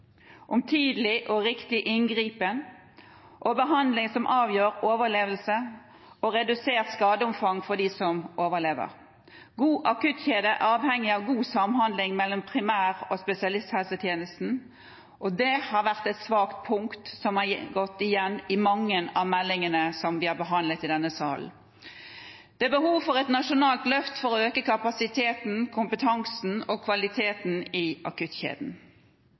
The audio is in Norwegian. om tidlig og riktig inngripen og om behandling som avgjør overlevelse og redusert skadeomfang for dem som overlever. God akuttkjede avhenger av god samhandling mellom primær- og spesialisthelsetjenesten, og det har vært et svakt punkt som har gått igjen i mange av meldingene som vi har behandlet i denne salen. Det er behov for et nasjonalt løft for å øke kapasiteten, kompetansen og kvaliteten i akuttkjeden.